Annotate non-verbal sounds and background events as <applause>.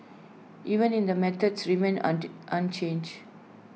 even in the methods remain <unintelligible> unchanged